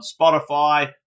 Spotify